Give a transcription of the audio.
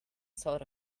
sort